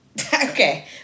Okay